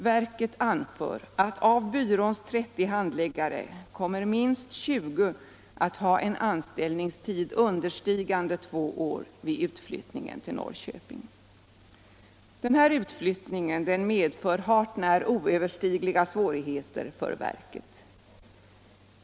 Verket anför att av byråns 30 handläggare kommer minst 20 att ha en anställningstid understigande två år vid utflyttningen till Den här utflyttningen medför hart när oöverstigliga svårigheter för verket.